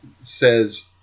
says